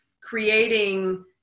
creating